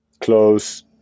close